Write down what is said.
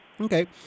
okay